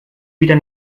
wieder